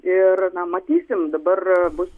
ir na matysim dabar bus